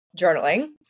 journaling